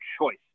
choice